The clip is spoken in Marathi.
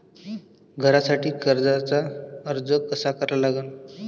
घरासाठी कर्जाचा अर्ज कसा करा लागन?